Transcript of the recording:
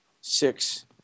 six